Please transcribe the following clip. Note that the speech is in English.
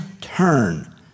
turn